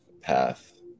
path